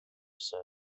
sir